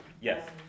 Yes